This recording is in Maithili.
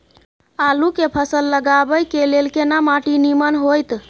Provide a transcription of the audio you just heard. आलू के फसल लगाबय के लेल केना माटी नीमन होयत?